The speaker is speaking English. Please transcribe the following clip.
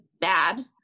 bad